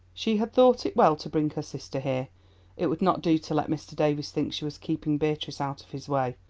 she had thought it well to bring her sister here it would not do to let mr. davies think she was keeping beatrice out of his way,